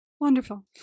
Wonderful